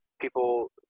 people